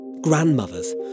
Grandmothers